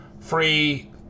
free